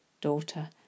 daughter